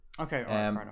Okay